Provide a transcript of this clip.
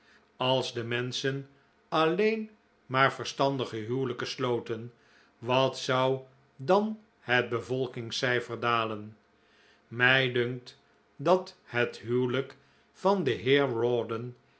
als de menschen alleen maar verstandige huwelijken sloten wat zou dan het bevolkingscijfer dalen mij dunkt dat het huwelijk van den heer